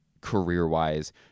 career-wise